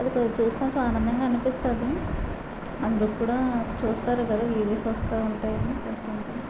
అవి చేసుకొని సామాన్యంగా అనిపిస్తుంది అందరు కూడా చూస్తారు కదా వీడియోస్ వస్తూ ఉంటాయి అన్ని వస్తువుంటాయి